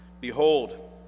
Behold